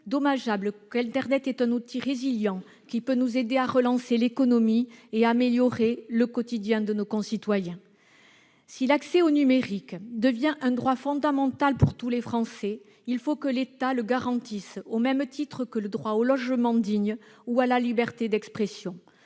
dommageable qu'internet est un outil de résilience qui peut nous aider à relancer l'économie et à améliorer le quotidien de nos concitoyens. Si l'accès au numérique devient un droit fondamental pour tous les Français, il faut que l'État le garantisse au même titre que le droit à un logement digne ou la liberté d'expression.